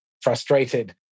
frustrated